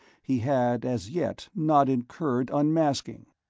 he had as yet not incurred unmasking.